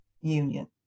union